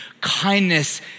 Kindness